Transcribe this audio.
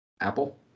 Apple